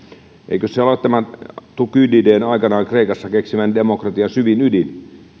eikös se ole tämän thukydideen aikanaan kreikassa keksimän demokratian syvin ydin